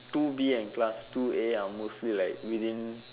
two B and class two A are mostly like within